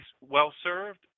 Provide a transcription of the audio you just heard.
well-served